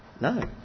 No